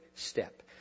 step